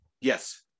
yes